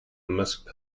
musk